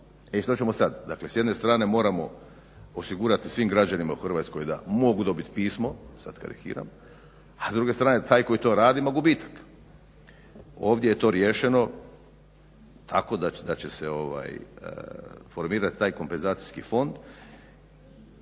I što ćemo sad? Dakle s jedne strane moramo osigurati svim građanima u RH da mogu dobiti pismo sad karikiram, a s druge strane taj koji to radi ima gubitak. Ovdje je to riješeno da će formirati taj kompenzacijski fond